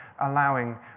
allowing